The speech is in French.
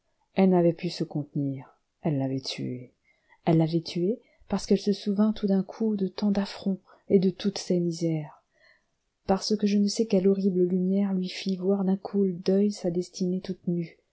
elle n'avait pu se contenir elle l'avait tué elle l'avait tué parce qu'elle se souvint tout d'un coup de tant d'affronts et de toutes ces misères parce que je ne sais quelle horrible lumière lui fit voir d'un coup d'oeil sa destinée toute nue